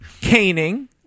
caning